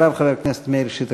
אחריו, חבר הכנסת מאיר שטרית.